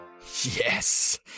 Yes